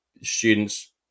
students